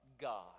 God